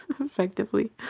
effectively